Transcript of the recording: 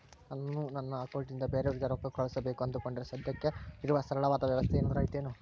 ನಾನು ನನ್ನ ಅಕೌಂಟನಿಂದ ಬೇರೆಯವರಿಗೆ ರೊಕ್ಕ ಕಳುಸಬೇಕು ಅಂದುಕೊಂಡರೆ ಸದ್ಯಕ್ಕೆ ಇರುವ ಸರಳವಾದ ವ್ಯವಸ್ಥೆ ಏನಾದರೂ ಐತೇನು?